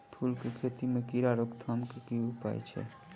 फूल केँ खेती मे कीड़ा रोकथाम केँ की उपाय छै?